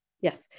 Yes